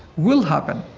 will happen,